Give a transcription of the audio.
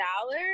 dollars